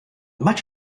much